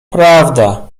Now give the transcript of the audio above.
prawda